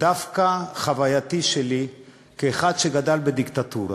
החווייתי שלי כאחד שגדל בדיקטטורה,